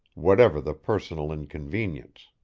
whatever the personal inconvenience.